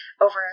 over